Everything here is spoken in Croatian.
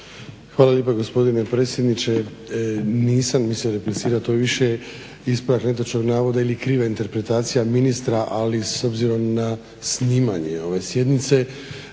Hvala lijepo gospodine predsjedniče. Nisam mislio replicirati to više ispravak netočnog navod ili krive interpretacije ministra ali s obzirom na snimanje ove sjednice